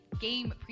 game